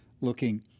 looking